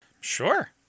Sure